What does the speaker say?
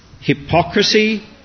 hypocrisy